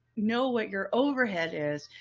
know what your overhead is.